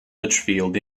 lichfield